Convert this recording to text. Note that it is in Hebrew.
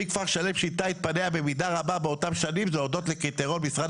כפר שלם שהתפנה במידה רבה באותן שנים זה הודות לקריטריון משרד